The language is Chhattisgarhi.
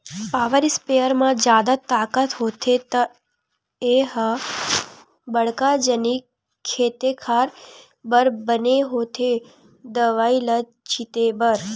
पॉवर इस्पेयर म जादा ताकत होथे त ए ह बड़का जनिक खेते खार बर बने होथे दवई ल छिते बर